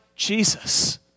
Jesus